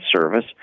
service